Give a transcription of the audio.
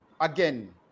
again